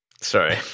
sorry